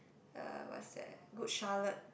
uh what is that Good-Charlotte